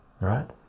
right